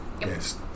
Yes